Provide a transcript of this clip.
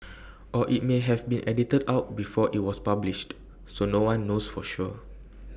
or IT may have been edited out before IT was published so no one knows for sure